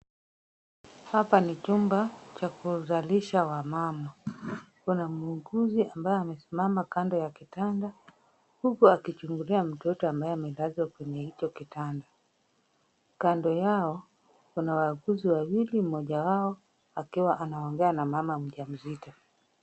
Hapa ni chumba cha kuzalisha wamama. Kuna muuguzi ambaye amesimama kando ya kitanda, huku akichungulia mtoto ambaye amelazwa kwenye hicho kitanda. Kando yao, kuna waaguzi wawili, mmoja wao akiwa anaongea na mama mjamzito.